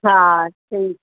हा ठीकु